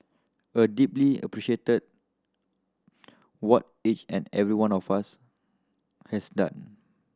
I deeply appreciate that what each and every one of us has done